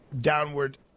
downward